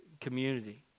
Community